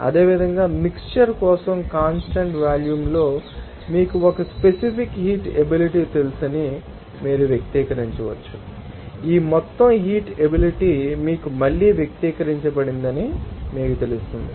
అదేవిధంగా మిక్శ్చర్ కోసం కాన్స్టాంట్ వాల్యూమ్లో మీకు ఒక స్పెసిఫిక్ హీట్ ఎబిలిటీ తెలుసని మీరు వ్యక్తీకరించవచ్చు మరియు ఈ మొత్తం హీట్ ఎబిలిటీ మీకు మళ్ళీ వ్యక్తీకరించబడిందని మీకు తెలుస్తుంది